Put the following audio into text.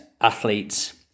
athletes